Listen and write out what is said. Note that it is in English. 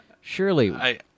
Surely